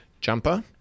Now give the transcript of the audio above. jumper